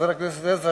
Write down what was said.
חבר הכנסת עזרא,